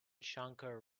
shankar